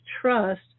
trust